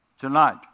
tonight